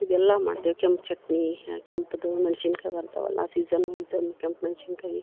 ಇದೆಲ್ಲ ಮಾಡ್ತಿವಿ ಕೆಂಪು ಚಟ್ನಿ ಆ ಕೆಂಪದು ಮೆಣ್ಸಿನಕಾಯಿ ಬರ್ತಾವಲ್ಲ ಆ ಸೀಝನ್ ವೀಝಲ್ಲಿ ಕೆಂಪು ಮೆಣ್ಸಿನ್ಕಾಯಿ